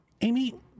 Amy